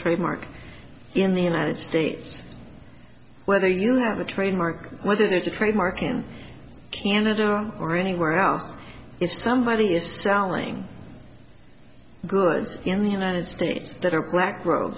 trademark in the united states whether you have a trademark whether there's a trademark in canada or anywhere else if somebody is selling goods in the united states that are black ro